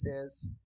says